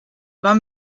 war